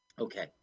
Okay